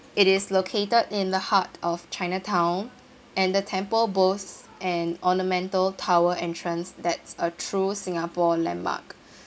it is located in the heart of chinatown and the temple boasts an ornamental tower entrance that's a true singapore landmark